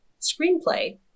screenplay